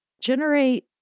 generate